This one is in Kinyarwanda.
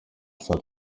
saa